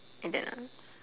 and then ah